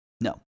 No